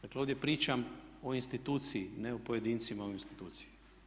Dakle ovdje pričam o instituciji ne o pojedincima u instituciji.